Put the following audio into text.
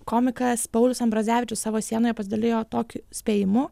komikas paulius ambrazevičius savo sienoje pasidalijo tokiu spėjimu